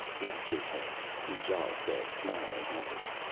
yes, jason, ijale said, smiling happily.